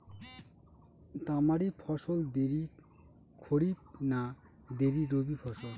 তামারি ফসল দেরী খরিফ না দেরী রবি ফসল?